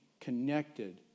connected